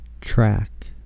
track